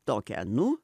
tokią nu